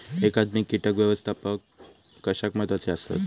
एकात्मिक कीटक व्यवस्थापन कशाक महत्वाचे आसत?